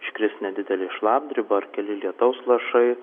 iškris nedidelė šlapdriba ar keli lietaus lašai